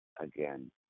again